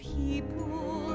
people